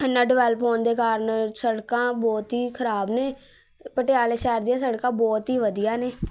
ਇੰਨਾਂ ਡਿਵੈਲਪ ਹੋਣ ਦੇ ਕਾਰਨ ਸੜਕਾਂ ਬਹੁਤ ਹੀ ਖ਼ਰਾਬ ਨੇ ਪਟਿਆਲੇ ਸ਼ਹਿਰ ਦੀਆਂ ਸੜਕਾਂ ਬਹੁਤ ਹੀ ਵਧੀਆ ਨੇ